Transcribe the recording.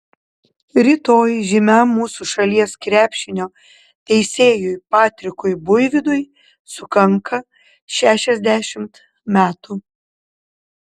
rytoj žymiam mūsų šalies krepšinio teisėjui patrikui buivydui sukanka šešiasdešimt metų